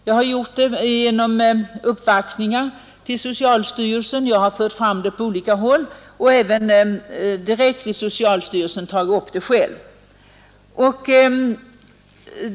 Jag har gjort det genom uppvaktningar till socialstyrelsen, jag har skrivit om det på olika håll och jag har även tagit upp det som ledamot direkt med socialstyrelsen.